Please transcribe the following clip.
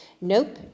Nope